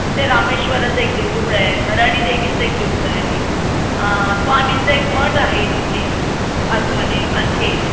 तिथे रामेश्वराचं एक देऊळ आहे भराडी देवीचं एक देऊळ आहे स्वामींचं एक मठ आहे तिथे आतमध्ये आणखी एक